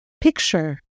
Picture